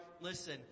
Listen